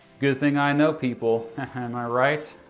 good thing i know people. am i right?